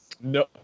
No